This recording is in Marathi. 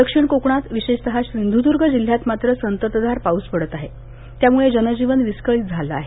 दक्षिण कोकणात विशेषतः सिंधुदुर्ग जिल्ह्यात मात्र संततधार पाऊस पडत आहे त्याम़ळे जनजीवन विस्कळीत झालं आहे